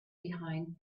behind